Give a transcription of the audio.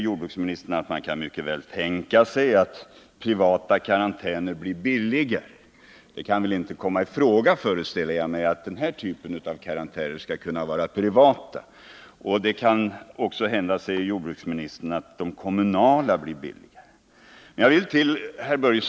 Jordbruksministern säger att man mycket väl kan tänka sig att det blir billigare med privata karantäner. Jag kan inte föreställa mig att privata karantäner av den här typen skulle kunna komma i fråga. Det kan också hända, säger jordbruksministern, att det blir billigare med kommunala karantäner.